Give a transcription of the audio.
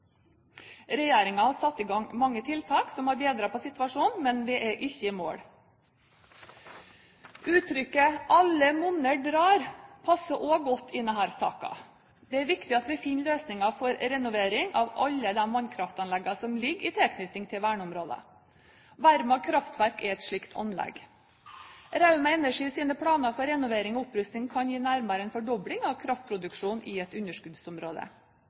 har satt i gang mange tiltak som har bedret på situasjonen, men vi er ikke i mål. Uttrykket «alle monner drar» passer også godt i denne saken. Det er viktig at vi finner løsninger for renovering av alle de vannkraftanleggene som ligger i tilknytning til verneområdene. Verma kraftverk er et slikt anlegg. Rauma Energis planer for renovering og opprusting kan gi nærmere en fordobling av kraftproduksjonen i et underskuddsområde.